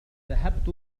ذهبت